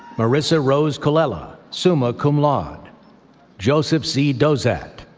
marissa rose colella, summa cum laude joseph z. dozat,